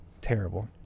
Terrible